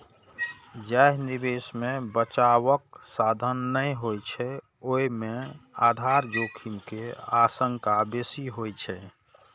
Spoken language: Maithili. जाहि निवेश मे बचावक साधन नै होइ छै, ओय मे आधार जोखिम के आशंका बेसी होइ छै